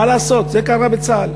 מה לעשות, זה קרה בצה"ל.